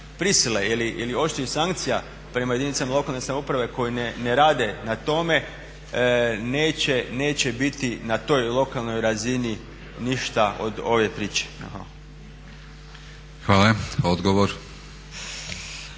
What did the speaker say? ili oštrih sankcija prema jedinicama lokalne samouprave koje ne rade na tome neće biti na toj lokalnoj razini ništa od ove priče. **Batinić,